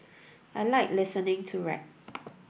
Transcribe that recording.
I like listening to rap